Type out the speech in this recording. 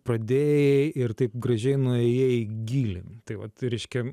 pradėjai ir taip gražiai nuėjai gylin tai vat reiškia